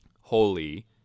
holy